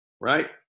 right